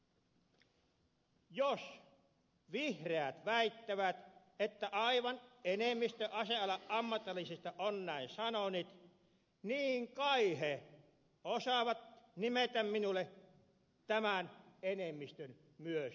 jos vihreät väittävät että aivan enemmistö asealan ammattilaisista on näin sanonut niin kai he osaavat nimetä minulle tämän enemmistön myös nimeltä